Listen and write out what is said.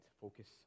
Focus